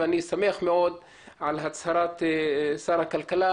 אני שמח מאוד על הצהרת שר הכלכלה,